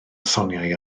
soniai